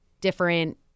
different